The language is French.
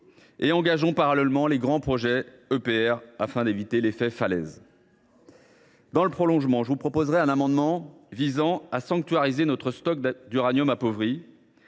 et engageons parallèlement les grands projets d’EPR afin d’éviter l’effet falaise. Dans le prolongement de cette logique, je vous proposerai un amendement visant à sanctuariser notre stock d’uranium appauvri,